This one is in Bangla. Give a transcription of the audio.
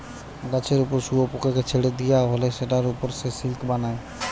গাছের উপর শুয়োপোকাকে ছেড়ে দিয়া হলে সেটার উপর সে সিল্ক বানায়